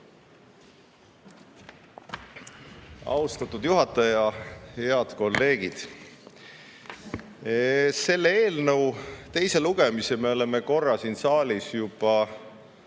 Austatud juhataja! Head kolleegid! Selle eelnõu teise lugemise me oleme korra siin saalis juba